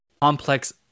complex